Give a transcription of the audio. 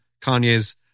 Kanye's